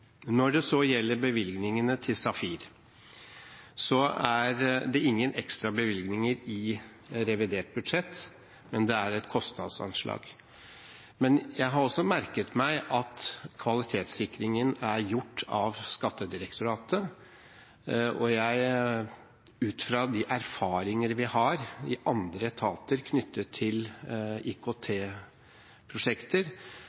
Når det så gjelder bevilgningene til SAFIR, er det ingen ekstra bevilgninger i revidert budsjett, men det er et kostnadsanslag. Jeg har også merket meg at kvalitetssikringen er gjort av Skattedirektoratet. Ut fra de erfaringer vi har i andre etater knyttet til